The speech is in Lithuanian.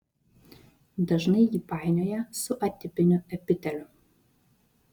dažnai jį painioja su atipiniu epiteliu